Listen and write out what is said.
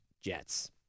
Jets